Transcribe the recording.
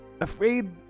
afraid